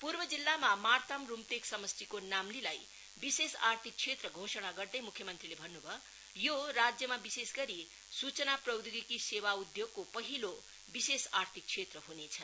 पूर्व जिल्लामा मातार्म रुम्तेक समष्टिको नाम्लीलाई विशेष आर्थिक क्षेत्र घोषणा गर्दै मुख्य मंत्रीले भन्न् भयो यो राज्यमा विशेष गरी सुचना प्रौधोगिकी सेवा उधोगको पहिलो विशेष आर्थिक क्षेत्र ह्नेछ